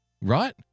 right